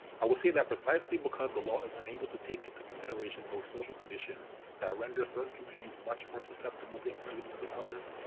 i would say that precisely because the law is unable to take into consideration those social conditions that render certain communities much more susceptible to imprisonment than others,